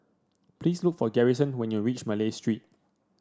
please look for Garrison when you reach Malay Street